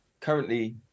currently